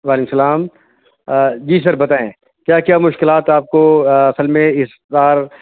وعلیکم السلام جی سر بتائیں کیا کیا مشکلات آپ کو اصل میں اس بار